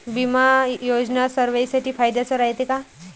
बिमा योजना सर्वाईसाठी फायद्याचं रायते का?